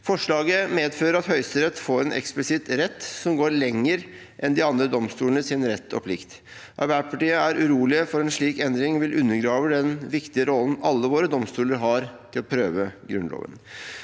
Forslaget medfører at Høyesterett får en eksplisitt rett som går lenger enn de andre domstolenes rett og plikt. Arbeiderpartiet er urolige for at en slik endring vil undergrave den viktige rollen alle våre domstoler har i å prøve Grunnloven.